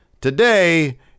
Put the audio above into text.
today